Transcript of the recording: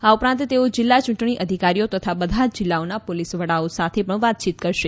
આ ઉપરાંત તેઓ જિલ્લા યૂંટણી અધિકારીઓ તથા બધા જ જિલ્લાઓના પોલીસ વડાઓ સાથે પણ વાતચીત કરીશે